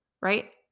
right